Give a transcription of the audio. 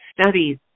studies